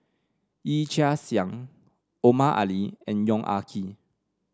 Yee Chia Hsing Omar Ali and Yong Ah Kee